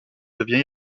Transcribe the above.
devient